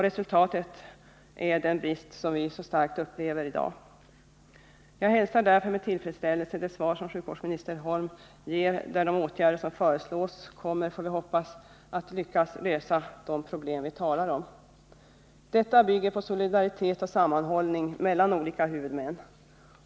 Resultatet av detta är den brist vi upplever så starkt i dag. Jag hälsar därför med tillfredsställelse det svar som sjukvårdsminister Holm ger, där de åtgärder som föreslås kommer, får vi hoppas, att lyckas lösa de problem vi talar om. Detta bygger på solidaritet och sammanhållning mellan olika huvudmän.